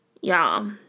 Y'all